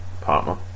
partner